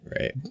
Right